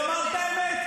תתקדם.